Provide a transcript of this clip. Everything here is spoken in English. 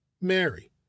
Mary